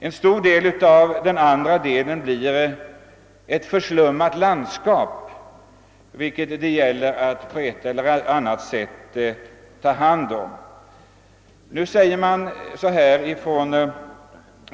En stor del av återstoden blir ett förslummat landskap som det gäller att på ett eller annat sätt 1a hand om.